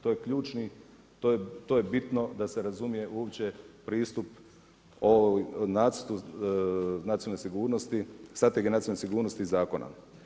To je ključni, to je bitno da se razumije uopće pristup nacrtu nacionalne sigurnosti, Strategije nacionalne sigurnosti i zakona.